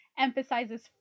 emphasizes